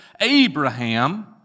Abraham